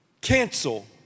cancel